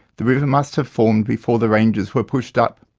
the river must have formed before the ranges were pushed up.